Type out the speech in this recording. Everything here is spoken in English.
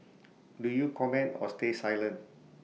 do you comment or stay silent